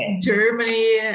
Germany